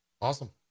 Awesome